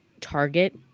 target